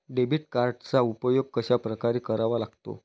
Debit कार्डचा उपयोग कशाप्रकारे करावा लागतो?